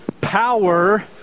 power